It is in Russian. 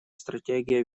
стратегия